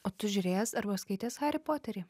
o tu žiūrėjęs arba skaitęs harį poterį